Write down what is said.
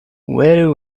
very